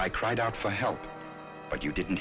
cried out for help but you didn't